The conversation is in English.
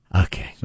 Okay